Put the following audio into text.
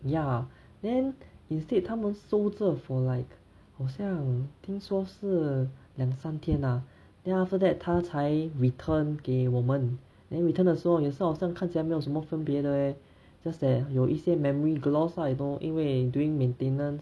ya then instead 他们收着 for like 好像听说是两三天啊 then after that 他才 return 给我们 then return 的时候也是 hor 好像看起来没有什么分别的 leh just that 有一些 memory gloss ah you know 因为 during maintenance